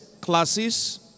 classes